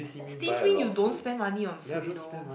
stingy when you don't spend money on food you know